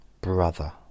brother